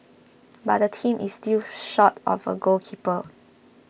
but the team is still short of a goalkeeper